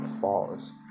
falls